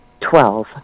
Twelve